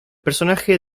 personaje